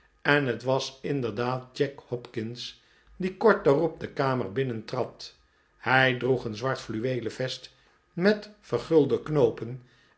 en het was inderdaad jack hopkins die kort daarop de kamer binnentrad hij droeg een zwart fluweelen vest met vergulde knoopen